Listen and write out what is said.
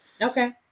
okay